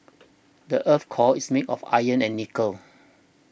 the earth's core is made of iron and nickel